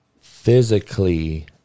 physically